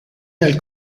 nel